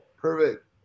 Perfect